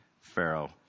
Pharaoh